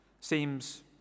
seems